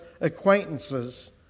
acquaintances